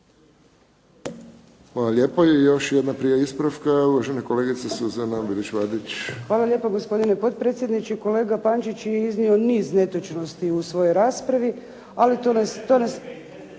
Hvala lijepo. I još jedna prijava ispravka, uvažena kolegica Suzana Bilić Vardić. **Bilić Vardić, Suzana (HDZ)** Hvala lijepo gospodine potpredsjedniče. Kolega Pančić je iznio niz netočnosti u svojoj raspravi, ali to nas